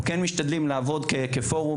אנחנו כן משתדלים לעבוד כפורום,